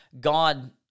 God